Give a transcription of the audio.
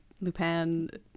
Lupin